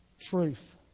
truth